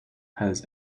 has